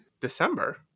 December